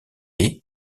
est